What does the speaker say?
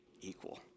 equal